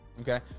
Okay